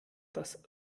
das